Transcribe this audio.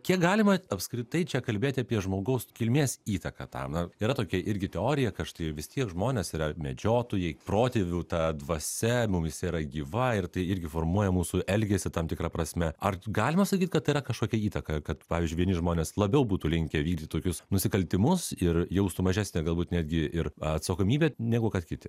kiek galima apskritai čia kalbėti apie žmogaus kilmės įtaką tam na yra tokia irgi teorija kad štai vis tiek žmonės yra medžiotojai protėvių ta dvasia mumyse yra gyva ir tai irgi formuoja mūsų elgesį tam tikra prasme ar galima sakyt kad tai yra kažkokia įtaka kad pavyzdžiui vieni žmonės labiau būtų linkę vykdyt tokius nusikaltimus ir jaustų mažesnę galbūt netgi ir atsakomybę negu kad kiti